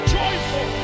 joyful